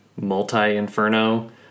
multi-inferno